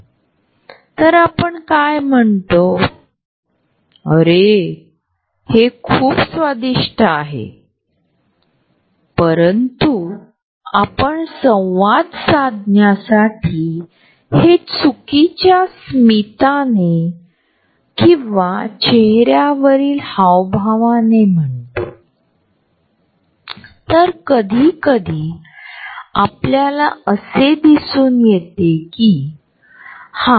हेचार zone व त्यांचे अंतर येथे नमूद केले गेले आहे जवळचा संभाव्य संपर्क पासून सुमारे ४५ सेंटीमीटर पर्यंतचा स्वतःचा वैयक्तिक झोन जो १५ ते ४५ सेंटीमीटर आहे